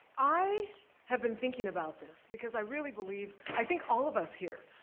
i have been thinking about this because i really believe, i think all of us here,